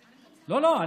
לא, לא.